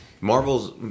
Marvel's